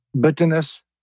bitterness